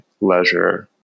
leisure